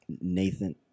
Nathan